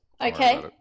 Okay